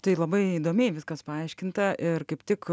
tai labai įdomiai viskas paaiškinta ir kaip tik